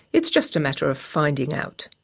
it's just a matter of finding out.